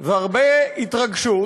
והרבה התרגשות